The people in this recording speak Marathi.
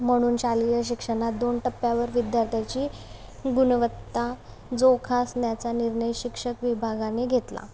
म्हणून शालेय शिक्षणात दोन टप्प्यावर विद्यार्थ्याची गुणवत्ता जोपासण्याचा निर्णय शिक्षक विभागाने घेतला